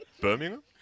Birmingham